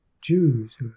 Jews